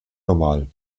normal